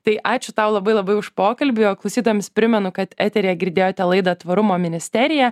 tai ačiū tau labai labai už pokalbį o klausytojams primenu kad eteryje girdėjote laidą tvarumo ministerija